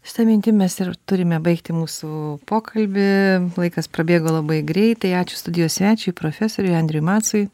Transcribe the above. šita mintimi mes ir turime baigti mūsų pokalbį laikas prabėgo labai greitai ačiū studijos svečiui profesoriui andriui macui